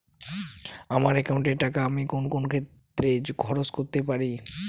আমার একাউন্ট এর টাকা আমি কোন কোন ক্ষেত্রে খরচ করতে পারি?